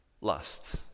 Lust